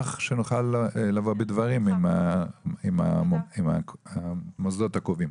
שנוכל לבוא בדברים עם המוסדות הקובעים.